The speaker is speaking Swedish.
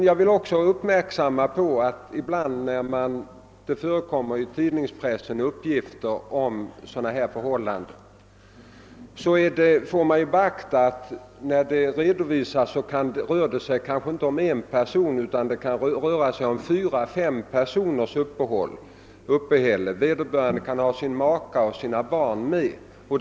Jag vill också framhålla att när det ibland i tidningspressen förekommer uppgifter beträffande sådana här frågor kan det kanske inte ha gällt endast en person utan fyra eller fem personer — vederbörande kan ha sin maka eller sina barn med sig.